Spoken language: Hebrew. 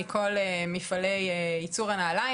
מכל מפעלי ייצור הנעליים,